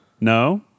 No